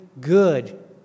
good